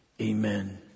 amen